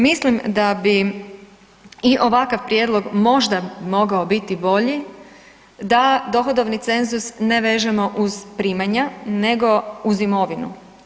Mislim da bi i ovakav prijedlog možda mogao biti bolji, da dohodovni cenzus ne vežemo uz primanja nego uz imovinu.